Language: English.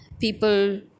people